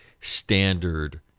standard